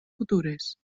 futures